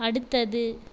அடுத்தது